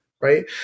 right